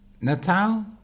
Natal